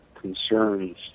concerns